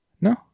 No